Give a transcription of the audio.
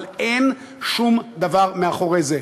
אבל אין שום דבר מאחורי זה.